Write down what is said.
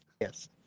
Yes